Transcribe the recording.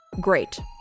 Great